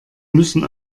müssen